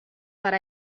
per